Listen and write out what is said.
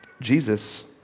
Jesus